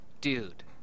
Dude